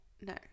No